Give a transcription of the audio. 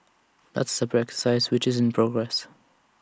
that's A separate exercise which is in progress